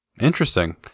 interesting